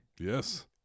Yes